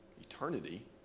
eternity